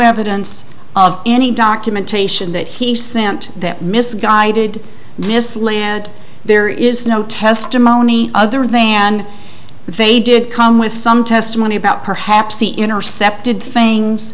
evidence of any documentation that he sent that misguided this land there is no testimony other than they did come with some testimony about perhaps the intercepted things